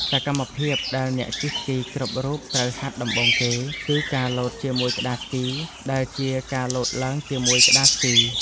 សកម្មភាពដែលអ្នកជិះស្គីគ្រប់រូបត្រូវហាត់ដំបូងគេគឺ ការលោតជាមួយក្ដារស្គី ដែលជាការលោតឡើងជាមួយក្ដារស្គី។